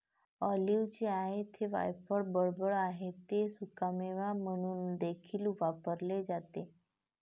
ऑलिव्हचे आहे ते वायफळ बडबड आहे ते सुकामेवा म्हणून देखील वापरले जाते